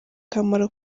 akamaro